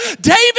David